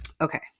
Okay